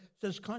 says